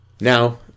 Now